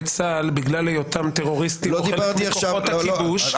צה"ל בגלל היותם טרוריסטים או השתייכות לכוחות הכיבוש.